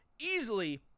easily